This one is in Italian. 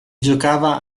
giocava